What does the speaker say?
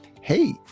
hey